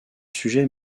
sujets